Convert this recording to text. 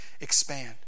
expand